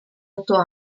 otto